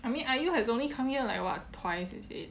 I mean IU has only come here like what twice his